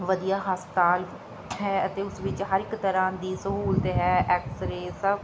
ਵਧੀਆ ਹਸਪਤਾਲ ਹੈ ਅਤੇ ਉਸ ਵਿੱਚ ਹਰ ਇੱਕ ਤਰ੍ਹਾਂ ਦੀ ਸਹੂਲਤ ਹੈ ਐਕਸਰੇ ਸਭ